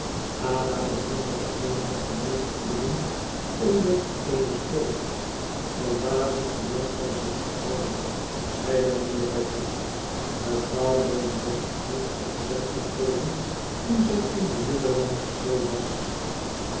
ada bewonderde eenige gemaakte bloemen onder eene stolp verbazend hoe lang zij zich goed houden zeide mijnheer badger mevrouw bayham badger heeft ze present gekregen toen zij in de middellandsche zee was